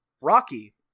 Rocky